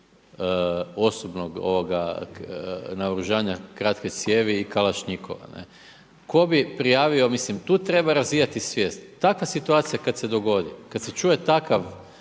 osobnog naoružanja kratke cijevi i kalašnjikova? Tko bi prijavio, mislim tu treba razvijati svijest. Takva situacija kada se dogodi kada se čuje takav